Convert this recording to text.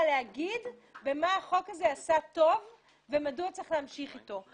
להגיד במה החוק הזה עשה טוב ומדוע צריך להמשיך איתו.